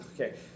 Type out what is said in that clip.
Okay